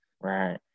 Right